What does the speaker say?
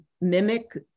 mimic